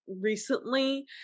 recently